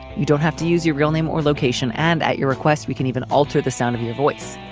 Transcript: you don't have to use your real name or location, and at your request we can even alter the sound of your voice.